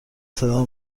صدا